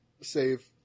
save